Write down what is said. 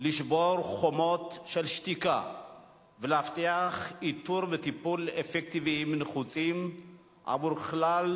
לשבור חומות של שתיקה ולהבטיח איתור וטיפול אפקטיביים נחוצים עבור כלל